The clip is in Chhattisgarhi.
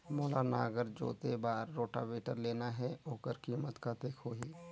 मोला नागर जोते बार रोटावेटर लेना हे ओकर कीमत कतेक होही?